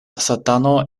satano